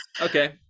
Okay